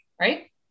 Right